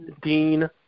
Dean